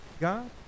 God